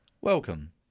welcome